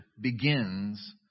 begins